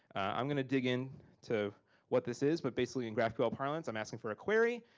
i'm gonna dig in to what this is, but basically in graphql parlance, i'm asking for a query.